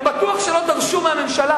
בטוח שהם לא דרשו מהממשלה,